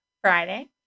Friday